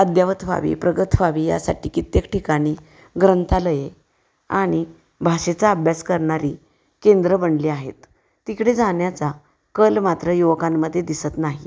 अद्ययावत व्हावी प्रगत व्हावी यासाठी कित्येक ठिकाणी ग्रंथालये आणि भाषेचा अभ्यास करणारी केंद्र बनले आहेत तिकडे जाण्याचा कल मात्र युवकांमध्ये दिसत नाही